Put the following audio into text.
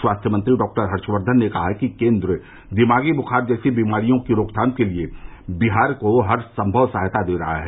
स्वास्थ्य मंत्री डॉक्टर हर्षवर्धन ने कहा कि केन्द्र दिमागी बुखार जैसी बीमारियों की रोकथाम के लिए बिहार को हरसंभव सहायता दे रहा है